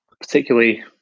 particularly